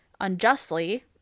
unjustly